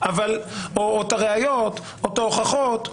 או את הראיות או את ההוכחות,